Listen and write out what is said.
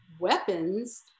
weapons